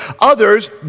others